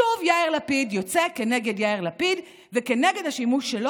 שוב יאיר לפיד יוצא כנגד יאיר לפיד וכנגד השימוש שלו